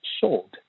sold